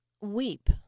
weep